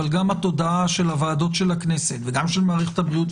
גם התודעה של ועדות הכנסת וגם של מערכת הבריאות,